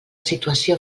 situació